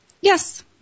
Yes